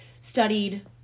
studied